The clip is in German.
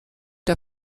der